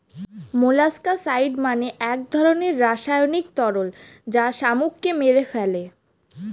molluscicide মানে এক ধরনের রাসায়নিক তরল যা শামুককে মেরে ফেলে